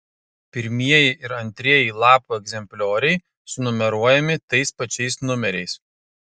pirmieji ir antrieji lapų egzemplioriai sunumeruojami tais pačiais numeriais